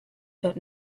that